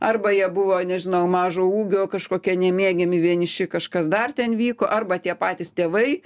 arba jie buvo nežinau mažo ūgio kažkokia nemėgiami vieniši kažkas dar ten vyko arba tie patys tėvai